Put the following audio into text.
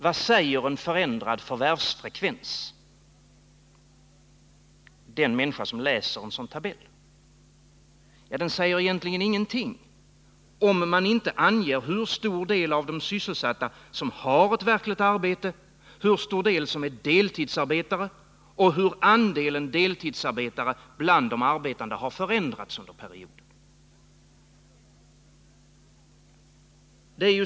Vad säger en ändring av förvärvsfrekvensen en människa som läser en sådan här tabell? Egentligen säger den ingenting, om det inte anges hur stor del av de sysselsatta som har ett verkligt arbete, hur många som är deltidsarbetare och hur andelen deltidsarbetare bland de arbetande har förändrats under perioden.